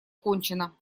кончено